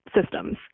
systems